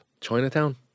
Chinatown